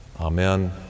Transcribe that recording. Amen